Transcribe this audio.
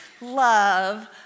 love